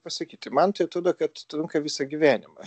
pasakyti man tai atrodo kad trunka visą gyvenimą